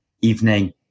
evening